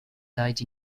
died